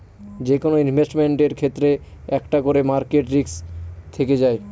যেকোনো ইনভেস্টমেন্টের ক্ষেত্রে একটা করে মার্কেট রিস্ক থেকে যায়